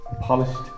polished